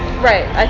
Right